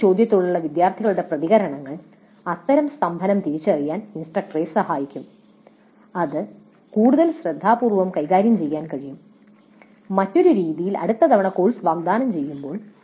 ഈ ചോദ്യങ്ങളോടുള്ള വിദ്യാർത്ഥികളുടെ പ്രതികരണങ്ങൾ അത്തരം സ്തംഭനം തിരിച്ചറിയാൻ ഇൻസ്ട്രക്ടറെ സഹായിക്കും അത് കൂടുതൽ ശ്രദ്ധാപൂർവ്വം കൈകാര്യം ചെയ്യാൻ കഴിയും മറ്റൊരു രീതിയിൽ അടുത്ത തവണ കോഴ്സ് വാഗ്ദാനം ചെയ്യുമ്പോൾ